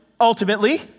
ultimately